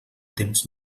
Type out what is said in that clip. temps